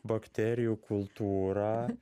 bakterijų kultūrą